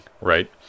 right